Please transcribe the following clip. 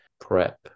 prep